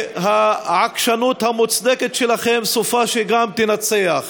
העקשנות המוצדקת שלכם, סופה שגם תנצח.